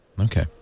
Okay